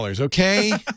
Okay